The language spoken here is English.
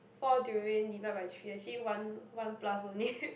four durian divide by three actually one one plus only